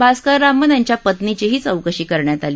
भास्कररामन यांच्या पत्नीचीही चौकशी करण्यात आली